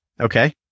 okay